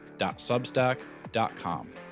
Substack.com